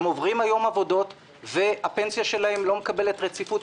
הם עוברים היום עבודות והפנסיה שלהם לא מקבלת רציפות.